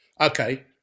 okay